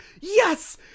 Yes